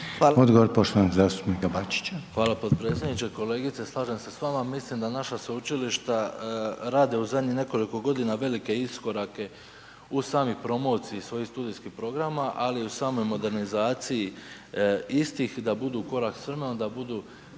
Odgovor poštovanog zastupnika Bačića. **Bačić, Ante (HDZ)** Hvala potpredsjedniče. Kolegice, slažem se s vama, mislim da naša sveučilišta rade u zadnjih nekoliko godina velike iskorake u samoj promociji svojih studijskih programa ali i u samoj modernizaciji istih i da budu u korak s vremenom i da budu